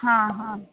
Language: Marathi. हां हां